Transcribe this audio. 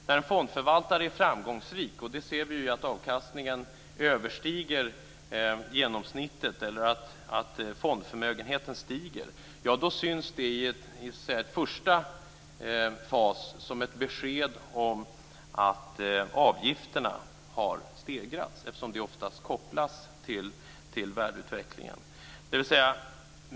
När en fondförvaltare är framgångsrik - det ser man genom att avkastningen överstiger genomsnittet eller att fondförmögenheten stiger - syns det i en första fas som ett besked om att avgifterna har stegrats. De är oftast kopplade till värdeutvecklingen.